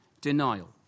denial